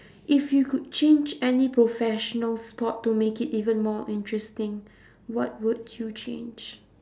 if you could change any professional sport to make it even more interesting what would you change